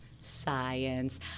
science